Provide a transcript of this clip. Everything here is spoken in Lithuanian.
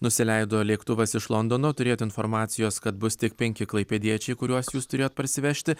nusileido lėktuvas iš londono turėjot informacijos kad bus tik penki klaipėdiečiai kuriuos jūs turėjot parsivežti